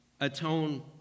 atone